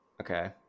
Okay